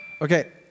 Okay